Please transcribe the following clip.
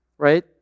right